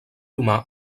humà